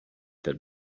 their